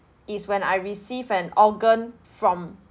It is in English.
is when I receive an organ from